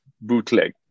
bootleg